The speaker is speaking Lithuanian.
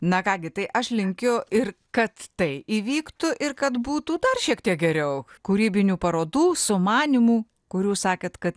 na ką gi tai aš linkiu ir kad tai įvyktų ir kad būtų dar šiek tiek geriau kūrybinių parodų sumanymų kurių sakėt kad